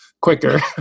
quicker